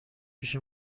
پیش